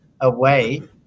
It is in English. away